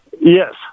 yes